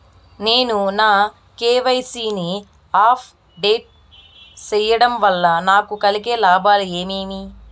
నేను నా కె.వై.సి ని అప్ డేట్ సేయడం వల్ల నాకు కలిగే లాభాలు ఏమేమీ?